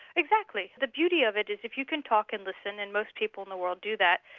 exactly. the beauty of it is if you can talk and listen, and most people in the world do that,